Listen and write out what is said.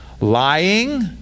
Lying